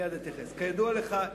כידוע לך,